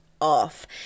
Off